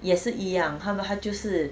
也是一样他们他就是